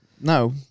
No